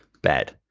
bad.